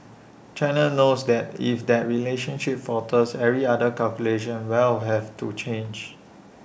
China knows that if that relationship falters every other calculation will have to change